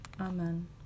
amen